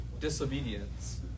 disobedience